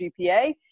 GPA